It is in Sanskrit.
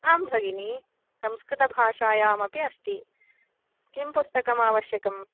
आं भगिनि संकृतभाषायामपि अस्ति किं पुस्तकम् आवश्यकम्